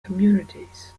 communities